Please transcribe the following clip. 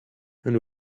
and